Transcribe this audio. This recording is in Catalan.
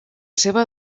seva